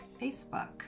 facebook